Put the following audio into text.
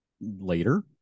later